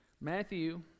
Matthew